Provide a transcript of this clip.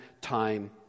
time